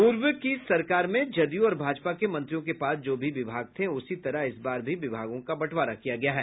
पूर्व की सरकार में जदयू और भाजपा के मंत्रियों के पास जो भी विभाग थे उसी तरह इस बार भी विभागों का बंटवारा किया गया है